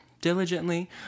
diligently